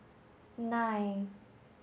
nine